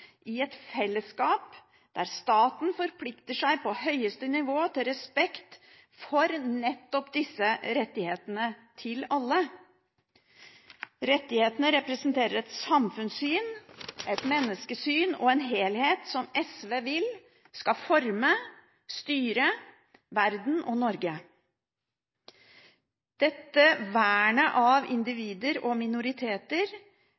i et fellesskap, der staten på høyeste nivå forplikter seg til respekt for nettopp disse rettighetene til alle. Rettighetene representerer et samfunnssyn, et menneskesyn og en helhet som SV vil skal forme og styre verden og Norge, dette vernet av